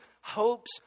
hopes